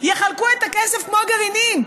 יחלקו את הכסף כמו גרעינים,